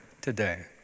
today